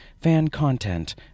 fan-content